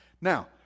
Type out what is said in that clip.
Now